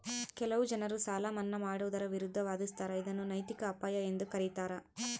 ಕೆಲವು ಜನರು ಸಾಲ ಮನ್ನಾ ಮಾಡುವುದರ ವಿರುದ್ಧ ವಾದಿಸ್ತರ ಇದನ್ನು ನೈತಿಕ ಅಪಾಯ ಎಂದು ಕರೀತಾರ